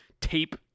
tape